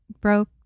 broke